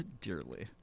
dearly